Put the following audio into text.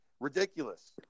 Ridiculous